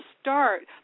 start